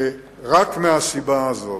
רק מהסיבה הזאת,